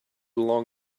along